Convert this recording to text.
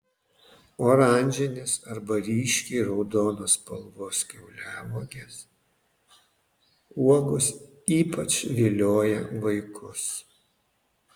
oranžinės arba ryškiai raudonos spalvos kiauliauogės uogos ypač vilioja vaikus